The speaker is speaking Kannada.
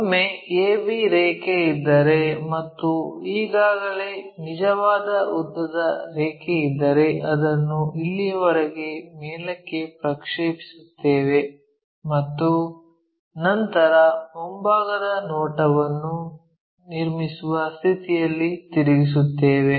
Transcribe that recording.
ಒಮ್ಮೆ a b ರೇಖೆ ಇದ್ದರೆ ಮತ್ತು ಈಗಾಗಲೇ ನಿಜವಾದ ಉದ್ದದ ರೇಖೆ ಇದ್ದರೆ ಅದನ್ನು ಇಲ್ಲಿಯವರೆಗೆ ಮೇಲಕ್ಕೆ ಪ್ರಕ್ಷೇಪಿಸುತ್ತೇವೆ ಮತ್ತು ನಂತರ ಮುಂಭಾಗದ ನೋಟವನ್ನು ನಿರ್ಮಿಸುವ ಸ್ಥಿತಿಯಲ್ಲಿ ತಿರುಗಿಸುತ್ತೇವೆ